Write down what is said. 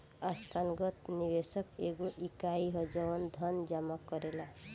संस्थागत निवेशक एगो इकाई ह जवन धन जामा करेला